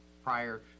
prior